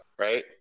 right